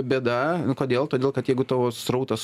bėda kodėl todėl kad jeigu tavo srautas